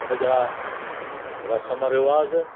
हुनजा रस्म रिवाज़